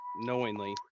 knowingly